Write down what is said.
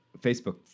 Facebook